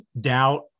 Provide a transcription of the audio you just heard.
doubt